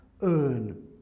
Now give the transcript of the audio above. earn